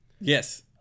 Yes